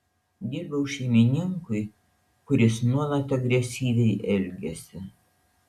dirbau šeimininkui kuris nuolat agresyviai elgėsi